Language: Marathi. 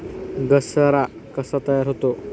घसारा कसा तयार होतो?